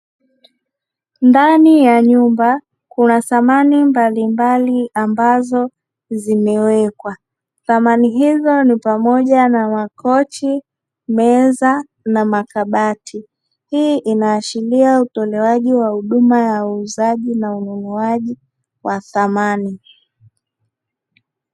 Ndani ya nyumba kuna samani mbalimbali ambazo zimewekwa samani hizo ni pamoja na makochi, meza na makabati hii inaaashiria utoaji wa huduma ya uuzaji na ununuaji wa samani.